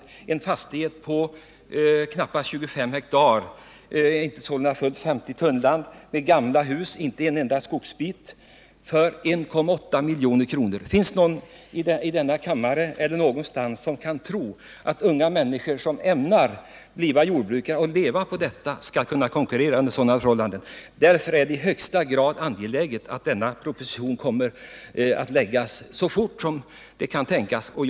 Det var en fastighet på knappt 25 ha, sålunda inte fullt 50 tunnland, med gamla hus och inte en enda skogsbit som köptes för 1,8 milj.kr. Finns det någon i denna kammare eller någon över huvud taget som tror att unga människor som ämnar driva jordbruk för att leva på det skall kunna konkurrera under sådana förhållanden? Det är i högsta grad angeläget att den här propositionen föreläggs riksdagen så snart som det över huvud taget är möjligt.